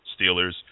Steelers